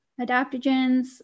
adaptogens